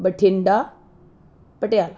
Bathinda Patiala